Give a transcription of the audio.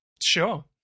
Sure